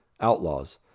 outlaws